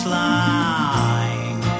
line